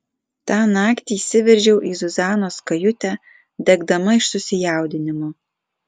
tą naktį įsiveržiau į zuzanos kajutę degdama iš susijaudinimo